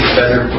better